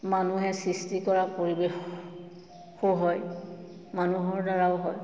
মানুহে সৃষ্টি কৰা পৰিৱেশো হয় মানুহৰ দ্বাৰাও হয়